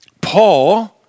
Paul